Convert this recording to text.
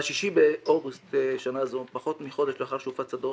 ב-6 באוגוסט שנה זו, פחות מחודש לאחר שהופץ הדוח,